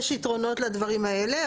יש יתרונות לדברים האלה.